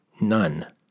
none